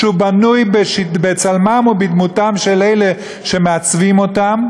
שהוא בנוי בצלמם ובדמותם של אלה שמעצבים אותו,